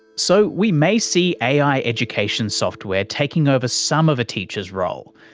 so, we may see ai education software taking over some of a teacher's role,